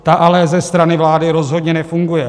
Ta ale ze strany vlády rozhodně nefunguje.